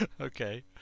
Okay